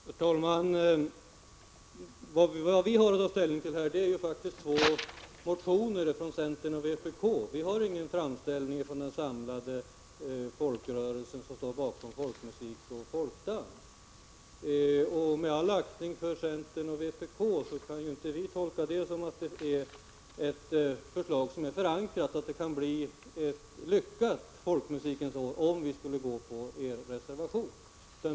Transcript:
Herr talman! Vad vi har att ta ställning till här är två motioner, från centern och vpk. Det föreligger ingen framställning från den samlade folkrörelse som står bakom folkmusik och folkdans. Med all aktning för centern och vpk kan vi ändå inte anse att deras förslag är förankrat, och vi kan inte vara säkra på att det blir ett lyckat Folkmusikens år om vi bifaller er reservation.